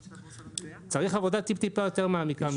צריך עבודה טיפ-טיפה יותר מעמיקה מזה.